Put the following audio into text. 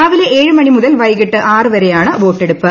രാവിലെ ഏഴ് മണി മുതൽ വൈകിട്ട് ആറ് വരെയാണ് വോട്ടെടുപ്പ്